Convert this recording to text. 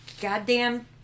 goddamn